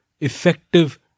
effective